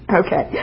okay